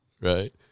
Right